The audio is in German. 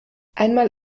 einmal